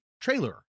trailer